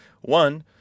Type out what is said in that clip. one